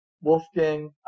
Wolfgang